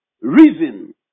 reason